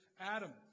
Adam